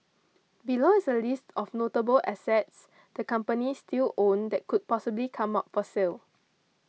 below is a list of notable assets the companies still own that could possibly come up for sale